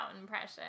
impression